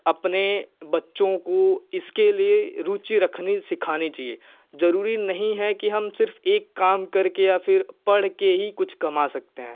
अपने बच्चों को इसके लिए रूचि रखनी सिखानी चाहिए ज़रूरी नहीं है की हम सिर्फ़ एक काम करके या फ़िर पढ़कर ही कुछ कमा सकते हैं